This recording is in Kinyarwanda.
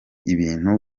ibintu